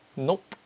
nope